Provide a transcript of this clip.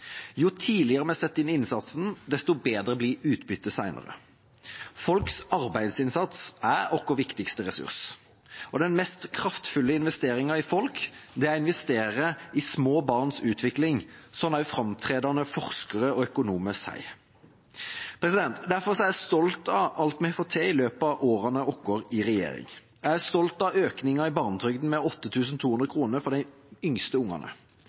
Jo tidligere vi setter inn innsatsen, desto bedre blir utbyttet senere. Folks arbeidsinnsats er vår viktigste ressurs. Og den mest kraftfulle investeringen i folk er å investere i små barns utvikling, slik også framtredende forskere og økonomer sier. Derfor er jeg stolt av alt vi har fått til i løpet av årene våre i regjering. Jeg er stolt av økningen i barnetrygda med 8 200 kr for de yngste ungene,